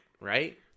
right